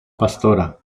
pastora